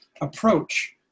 approach